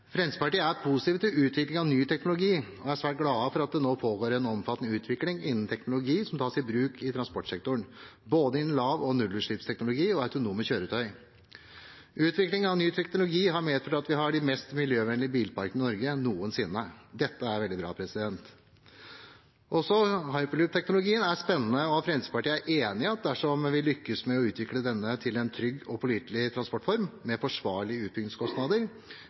Fremskrittspartiet er positiv til utvikling av ny teknologi og er svært glad for at det nå pågår en omfattende utvikling innen teknologi som tas i bruk i transportsektoren, både innen lav- og nullutslippsteknologi og for autonome kjøretøy. Utvikling av ny teknologi har medført at vi har den mest miljøvennlige bilparken i Norge noensinne. Det er veldig bra. Også hyperloopteknologien er spennende, og Fremskrittspartiet er enig i at dersom vi lykkes med å utvikle denne til en trygg og pålitelig transportform, med forsvarlige utbyggingskostnader,